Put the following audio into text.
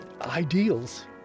ideals